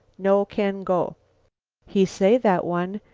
no can go he say, that one,